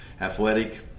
athletic